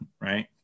right